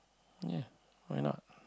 ya why not